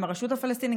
עם הרשות הפלסטינית.